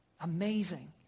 Amazing